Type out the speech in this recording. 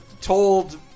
told